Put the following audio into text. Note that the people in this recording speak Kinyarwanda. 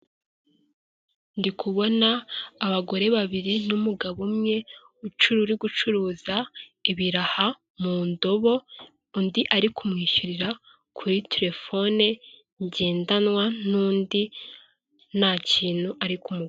Ndikubona abagore babiri n'umugabo umwe uri gucuruza ibiraha mu ndobo, undi ari kumwishyurira kuri telefone ngendanwa nundi ntakintu ari kumuha.